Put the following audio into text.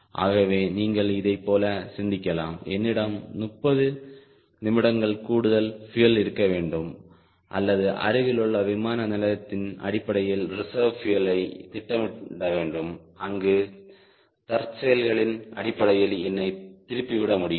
ஆகவே நீங்கள் இதைப் போல சிந்திக்கலாம் என்னிடம் 30 நிமிடங்கள் கூடுதல் பியூயல் இருக்க வேண்டும் அல்லது அருகிலுள்ள விமான நிலையத்தின் அடிப்படையில் ரிசெர்வ் பியூயலை திட்டமிட வேண்டும் அங்கு தற்செயல்களின் அடிப்படையில் என்னைத் திருப்பிவிட முடியும்